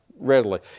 readily